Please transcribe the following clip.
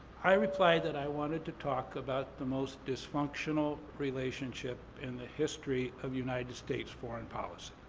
i replied that i wanted to talk about the most dysfunctional relationship in the history of united states foreign policy.